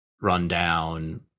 rundown